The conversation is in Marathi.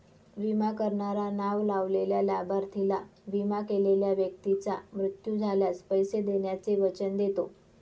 विमा करणारा नाव लावलेल्या लाभार्थीला, विमा केलेल्या व्यक्तीचा मृत्यू झाल्यास, पैसे देण्याचे वचन देतो